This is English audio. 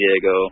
Diego